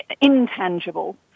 intangible